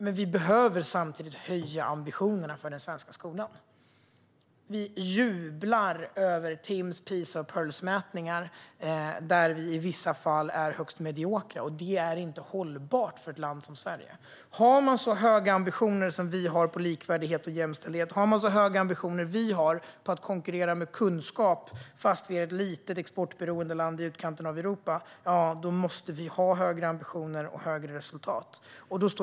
Men sanningen är samtidigt att vi behöver höja ambitionerna för den svenska skolan. Vi jublar över Timss-, PISA och Pirlsmätningar där vi i vissa fall är högst mediokra. Det är inte hållbart för ett land som Sverige. Om man har så höga ambitioner som vi har vad gäller likvärdighet och jämställdhet och vad gäller att konkurrera med kunskap, trots att vi är ett litet, exportberoende land i utkanten av Europa, måste man ha högre ambitioner och bättre resultat.